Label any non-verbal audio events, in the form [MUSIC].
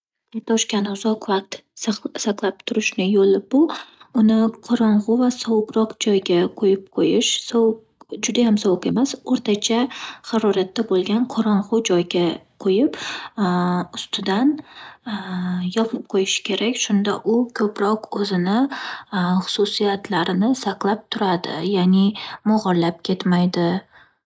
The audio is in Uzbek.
Kartoshkani uzoq vaqt saq- saqlab turishning yo'li bu - uni qorong'u va sovuqroq joyga qo'yib qo'yish. Sovuq, judayam sovuq emas o'rtacha haroratda bo'lgan qorong'u joyga qo'yib, [HESITATION] ustidan [HESITATION] yopib qo'yish kerak. Shunda u ko'proq o'zini [HESITATION] xususiyatlarini saqlab turadi. Ya'ni mog'orlab ketmaydi.